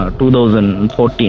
2014